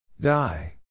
Die